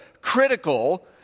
critical